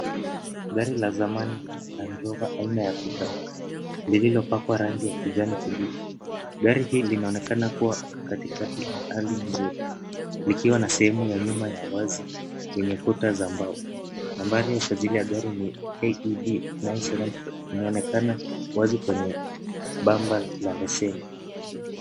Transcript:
Gari la zamani la Land Rover aina ya Pickup lililopakwa rangi ya kijani kibichi. Gari hii linaonekana kuwa katika hali nzuri likiwa na sehemu ya nyuma ya wazi yenye kuta za mbao. Nambari ya usajili ya gari ni KEB 974 inaonekana wazi kwenye bamba la leseni.